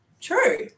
true